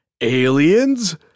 Aliens